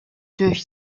durch